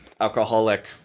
alcoholic